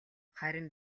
харин